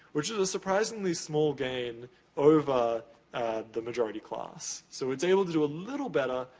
which was a surprisingly small gain over the majority class. so, it's able to do a little better,